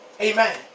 Amen